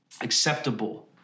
acceptable